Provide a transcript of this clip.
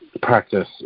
practice